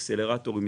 לאקסלרטורים,